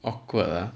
awkward ah